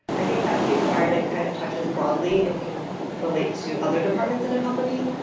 i think fast-paced environment kind of touches broadly and can relate to other departments in a company.